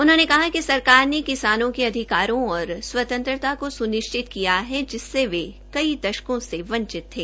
उन्होंने कहा कि सरकार ने किसानों को अधिकारों और स्वतंत्रता को स्निश्चित किया है जिससे वे कई दशकों से वंचित थे